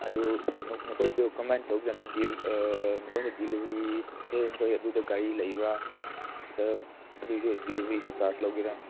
ꯑꯗꯨ ꯅꯈꯣꯏꯗꯨ ꯀꯃꯥꯏꯅ ꯇꯧꯕꯖꯥꯠꯅꯣ ꯅꯈꯣꯏꯅ ꯗꯦꯂꯤꯕꯔꯤ ꯅꯈꯣꯏ ꯑꯗꯨꯗ ꯒꯥꯔꯤ ꯂꯩꯕꯔꯥ ꯅꯠꯇ꯭ꯔꯒ ꯑꯗꯨꯏꯁꯨ ꯗꯤꯂꯤꯕꯔꯤꯁꯨ ꯆꯥꯔꯖ ꯂꯧꯒꯦꯔꯥ